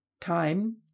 Time